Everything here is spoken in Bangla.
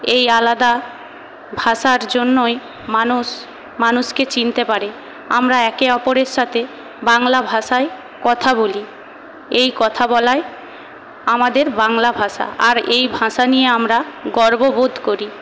এই আলাদা ভাষার জন্যই মানুষ মানুষকে চিনতে পারে আমরা একে অপরের সাথে বাংলা ভাষায় কথা বলি এই কথা বলায় আমাদের বাংলা ভাষা আর এই ভাষা নিয়ে আমরা গর্ব বোধ করি